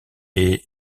est